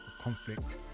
conflict